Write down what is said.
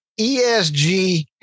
ESG